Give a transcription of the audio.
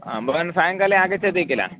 हा भवान् सायङ्काले आगच्छति किल